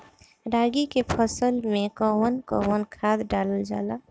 रागी के फसल मे कउन कउन खाद डालल जाला?